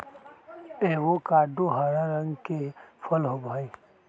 avocado हरा रंग के फल होबा हई